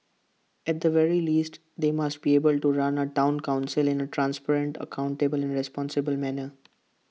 at the very least they must be able to run A Town Council in A transparent accountable and responsible manner